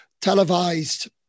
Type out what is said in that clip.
televised